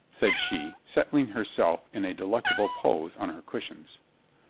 said she, settling herself in a delectable pose on her cushions.